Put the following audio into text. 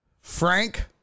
frank